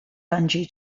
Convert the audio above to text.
bungee